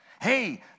Hey